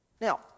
Now